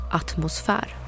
atmosfär